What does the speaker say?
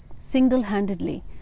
single-handedly